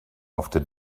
after